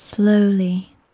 Slowly